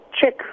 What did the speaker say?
check